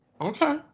Okay